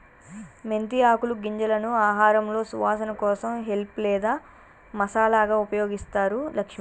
మెంతి ఆకులు గింజలను ఆహారంలో సువాసన కోసం హెల్ప్ లేదా మసాలాగా ఉపయోగిస్తారు లక్ష్మి